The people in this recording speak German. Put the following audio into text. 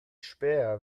späher